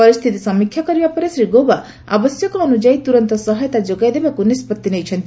ପରିସ୍ଥିତି ସମୀକ୍ଷା କରିବା ପରେ ଶ୍ରୀ ଗୌବା ଆବଶ୍ୟକ ଅନୁଯାୟୀ ତୁରନ୍ତ ସହାୟତା ଯୋଗାଇ ଦେବାକୁ ନିଷ୍କଭି ନେଇଛନ୍ତି